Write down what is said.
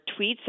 tweets